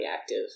active